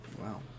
wow